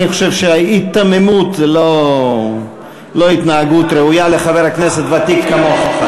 אני חושב שההיתממות זה לא התנהגות ראויה לחבר כנסת ותיק כמוך.